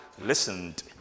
listened